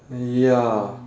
ya